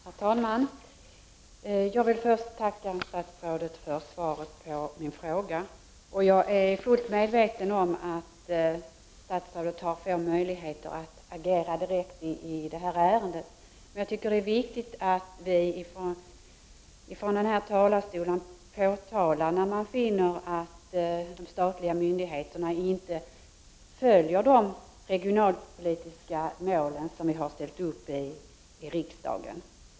Herr talman! Jag vill först tacka statsrådet för svaret på min fråga. Jag är fullt medveten om att statsrådet har få möjligheter att agera direkt i det här ärendet. Det är ändock viktigt att vi ifrån denna talarstol påtalar när vi finner att de statliga myndigheterna inte följer de regionalpolitiska mål som vi har ställt upp i riksdagen.